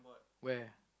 where